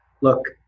look